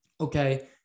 okay